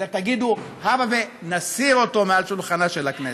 אלא תגידו: הבה ונסיר אותו מעל שולחנה של הכנסת.